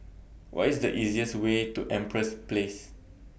What IS The easiest Way to Empress Place